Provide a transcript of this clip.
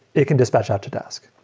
it can dispatch out to dask.